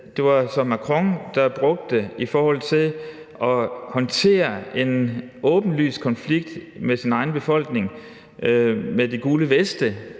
Det var så Macron, der brugte det i forhold til at håndtere en åbenlys konflikt med sin egen befolkning i forbindelse